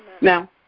Now